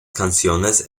canciones